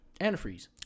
antifreeze